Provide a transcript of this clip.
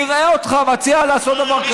נראה אותך מציע לעשות דבר כזה.